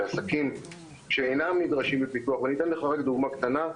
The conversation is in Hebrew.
שעסקים שאינם נדרשים בפיקוח ואני אתן לך רק דוגמה קטנה.